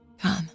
Come